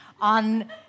on